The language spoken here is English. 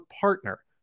partner